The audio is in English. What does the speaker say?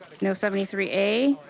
you know seventy three a?